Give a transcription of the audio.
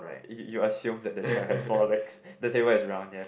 you assume that the chair has four legs the table is round yes